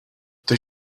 they